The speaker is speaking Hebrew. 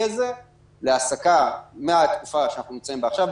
הזה להעסקה מהתקופה שאנחנו נמצאים בה עכשיו,